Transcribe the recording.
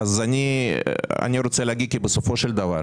אני רוצה להגיד כי בסופו של דבר,